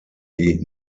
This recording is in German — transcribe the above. die